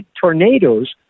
tornadoes